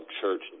church